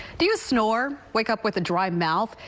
do you snore wake up with a dry mouth.